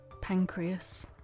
Pancreas